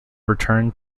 return